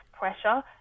pressure